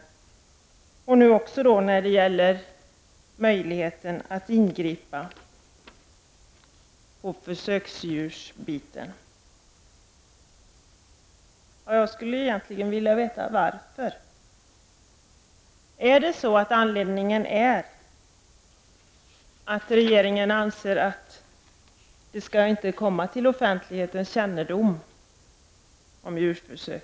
Detsamma kan också komma att gälla möjligheterna att ingripa mot djurförsök. Jag skulle vilja veta varför. Är anledningen att regeringen vill att djurförsök som utförs inte skall komma till allmänhetens kännedom?